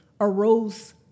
arose